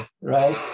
right